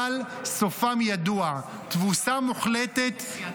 אבל סופם ידוע: תבוסה מוחלטת,